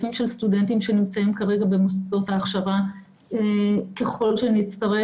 אלפים של סטודנטים שנמצאים כרגע במוסדות ההכשרה ככל שנצטרך